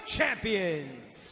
Champions